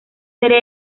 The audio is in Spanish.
serie